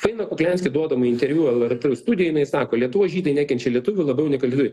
faina kuklianski duodama interviu lrt studijoj jinai sako lietuvos žydai nekenčia lietuvių labiau nei ka lietuviai